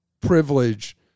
privilege